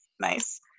nice